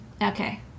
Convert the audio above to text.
okay